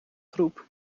groep